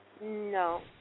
No